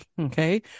Okay